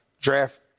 draft